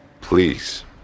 Please